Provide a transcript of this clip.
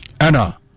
Anna